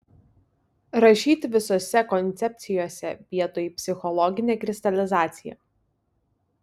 rašyti visose koncepcijose vietoj psichologinė kristalizacija